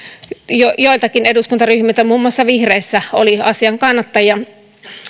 joiltakin eduskuntaryhmiltä muun muassa vihreissä oli asian kannattajia